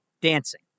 dancing